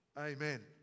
amen